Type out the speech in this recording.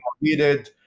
needed